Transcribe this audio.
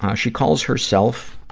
ah she calls herself,